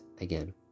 again